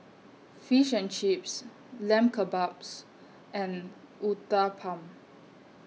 Fish and Chips Lamb Kebabs and Uthapam